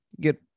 get